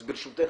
אז ברשותך,